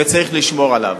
וצריך לשמור עליו.